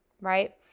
right